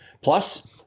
Plus